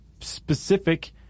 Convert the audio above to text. specific